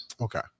Okay